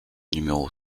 numéro